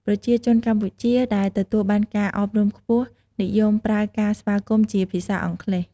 ប្រជាជនកម្ពុជាដែលទទួលបានការអប់រំខ្ពស់ និយមប្រើការស្វាគមន៍ជា ភាសាអង់គ្លេស។